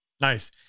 Nice